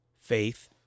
Faith